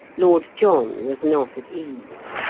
lord john was not at ease.